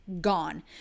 gone